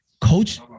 Coach